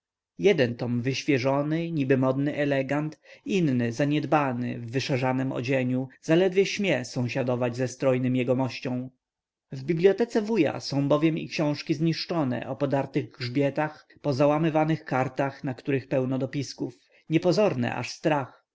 jeden tom wyświeżony niby modny elegant inny zaniedbany w wyszarzanem odzieniu zaledwie śmie sąsiadować ze strojnym jegomościa w bibliotece wuja są bowiem i książki zniszczone o podartych grzbietach pozałamywanych kartach na których pelno dopisków niepozorne aż strach